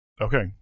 Okay